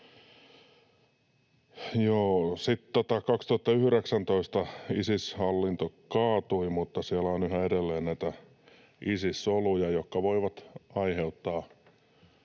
Vuonna 2019 Isis-hallinto kaatui, mutta siellä on yhä edelleen näitä Isis-soluja, jotka voivat aiheuttaa